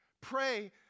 Pray